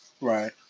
Right